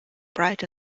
bright